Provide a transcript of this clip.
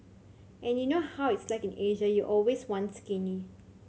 and you know how it's like in Asia you always want skinny